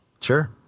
Sure